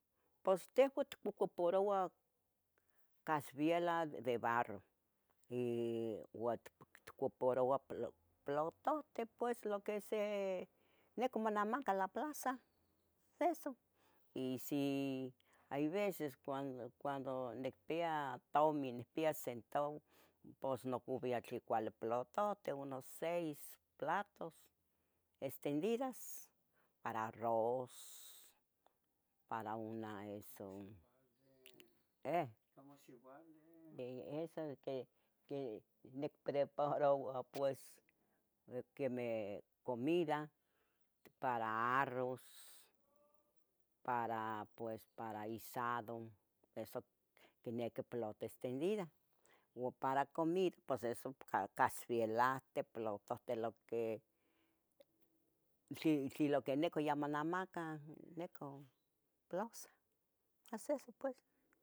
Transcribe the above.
Pos tehua tcocuparouah casvielah de barro, y ua ttocoparoua platohte lo que se nicah monamaca la plaza eso y si hay veces cuando, cuando nicpia tomi, nicpia centavuo, pos nocubia tle cuali platohte, unos seis platos extendidas, para arróz para una eso, (voz confusa) ¿eh? eso que, que nicpreparaoua pues quemeh comida, para árroz, para pues para guisado, eso quiniqui plato extendida, ua para comida pos eso casvielahteh, platohte, lo que tli tli nica ya monamaca nica plaza, nomas eso pues.